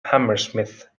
hammersmith